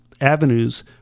avenues